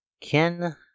Ken